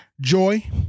joy